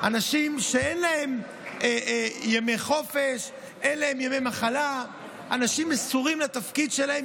אלה אנשים שעובדים יומם ולילה ומסורים לתפקיד שלהם